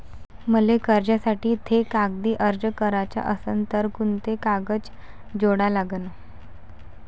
मले कर्जासाठी थे कागदी अर्ज कराचा असन तर कुंते कागद जोडा लागन?